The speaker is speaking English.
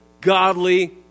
godly